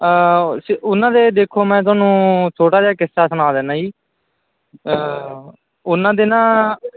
ਸ ਉਹਨਾਂ ਦੇ ਦੇਖੋ ਮੈਂ ਤੁਹਾਨੂੰ ਛੋਟਾ ਜਿਹਾ ਕਿੱਸਾ ਸੁਣਾ ਦਿੰਦਾ ਜੀ ਉਹਨਾਂ ਦੇ ਨਾ